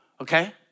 Okay